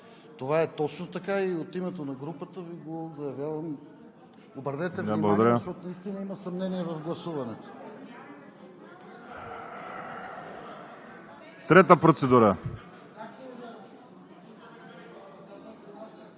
Това е точно така. От името на групата Ви го заявявам – обърнете внимание, защото наистина има съмнение в гласуването. ПРЕДСЕДАТЕЛ